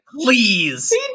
Please